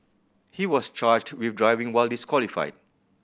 he was charged with driving while disqualified